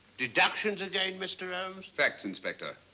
deductions again, mr. holmes? facts, inspector.